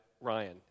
Ryan